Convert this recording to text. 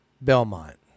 Belmont